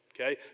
okay